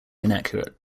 inaccurate